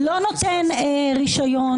-- הוא לא נותן רישיון,